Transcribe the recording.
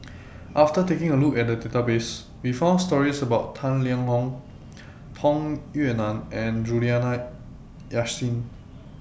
after taking A Look At The Database We found stories about Tang Liang Hong Tung Yue Nang and Juliana Yasin